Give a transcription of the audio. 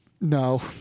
no